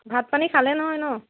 ভাত পানী খালে নহয় ন